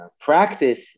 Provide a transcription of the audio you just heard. Practice